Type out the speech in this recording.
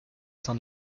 sein